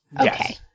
Okay